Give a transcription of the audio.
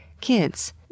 kids